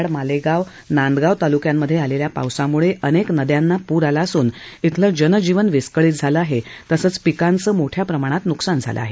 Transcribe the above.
नाशिक जिल्ह्यात मनमाड मालेगाव नांदगाव तालुक्यांमधे आलेल्या पावसामुळे अनेक नद्यांना पूर आला असून जनजीवन विस्कळीत झालं आहे तसंच पिकांचं मोठ्या प्रमाणात नुकसान झालं आहे